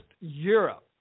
Europe